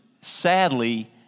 sadly